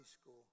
school